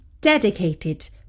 dedicated